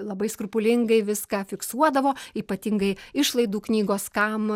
labai skrupulingai viską fiksuodavo ypatingai išlaidų knygos kam